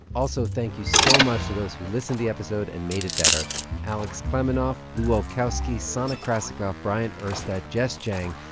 also, thank you so much to those who listened to the episode and made it better alex kleminoff, lu olkowski, sana krasikov, bryant urstadt, jess jiang,